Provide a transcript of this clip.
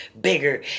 bigger